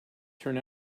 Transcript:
turn